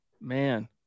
Man